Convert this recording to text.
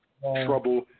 Trouble